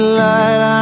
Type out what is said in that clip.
light